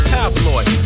Tabloid